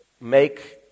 make